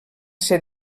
ser